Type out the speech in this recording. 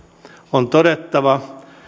on todettava